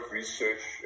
research